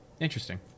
Interesting